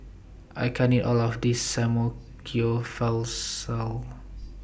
I can't eat All of This